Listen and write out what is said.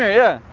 yeah,